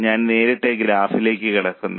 ഞാൻ നേരിട്ട് ഗ്രാഫിലേക്ക് കടക്കുന്നു